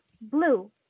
Blue